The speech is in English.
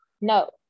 No